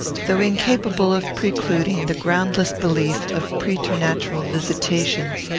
though incapable of precluding the groundless belief of preternatural visitations,